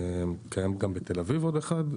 קיים גם בתל אביב עוד אחד,